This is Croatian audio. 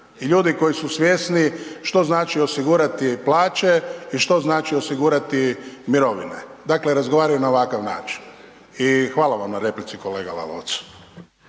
i ljudi koji su svjesni što znači osigurati plaće i što znači osigurati mirovine, dakle razgovarajmo na ovakav način i hvala vam na replici kolega Lalovac.